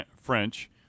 French